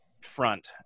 front